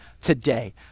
today